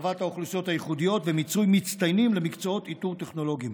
הרחבת האוכלוסיות הייחודיות ומיצוי מצטיינים למקצועות איתור טכנולוגיים.